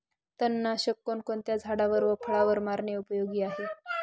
तणनाशक कोणकोणत्या झाडावर व फळावर मारणे उपयोगी आहे?